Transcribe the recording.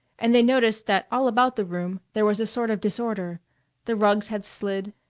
and they noticed that all about the room there was a sort of disorder the rugs had slid,